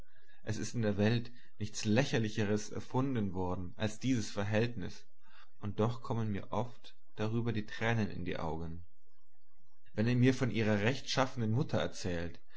es ist in der welt nichts lächerlichers erfunden worden als dieses verhältnis und doch kommen mir oft darüber die tränen in die augen wenn er mir von ihrer rechtschaffenen mutter erzählt